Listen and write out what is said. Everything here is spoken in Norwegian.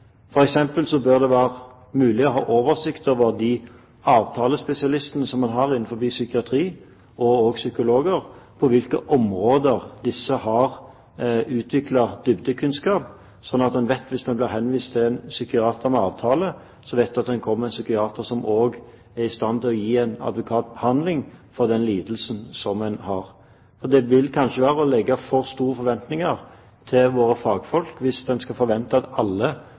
behandlingsmetoder så omfattende at en ikke kan forvente at en psykiater er en psykiater uansett hvilken lidelse pasienten har. For eksempel bør det være mulig å ha oversikt over de avtalespesialistene som en har innenfor psykiatrien, og også psykologer, og på hvilke områder disse har utviklet dybdekunnskap, slik at en vet at hvis en blir henvist til en psykiater med avtale, kommer en til en psykiater som også er i stand til å gi en adekvat behandling for den lidelsen som en har. Det vil kanskje være å ha for store forventninger til våre fagfolk